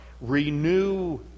Renew